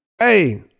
Hey